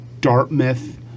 Dartmouth